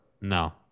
No